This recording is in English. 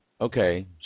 okay